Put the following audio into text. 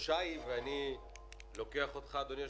התחושה היא ואני לוקח אותך, אדוני היושב-ראש,